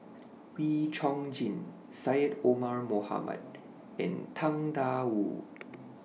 Wee Chong Jin Syed Omar Mohamed and Tang DA Wu